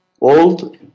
old